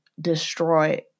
destroy